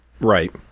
right